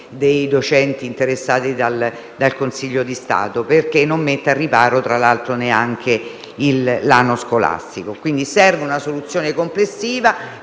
Grazie,